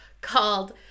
called